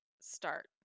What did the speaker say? start